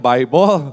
Bible